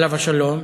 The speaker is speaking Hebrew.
עליו השלום,